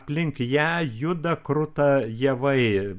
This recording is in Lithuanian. aplink ją juda kruta javai